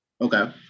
Okay